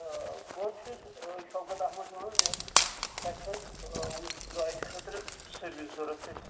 آ بہٕ حظ چھُس شوکت احمد لون یۄس تَتھ حظ گاڑِ خٲطرٕ سٔروِس ضروٗرت اَسہِ